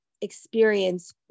experience